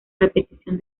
repetición